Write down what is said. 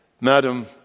Madam